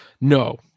no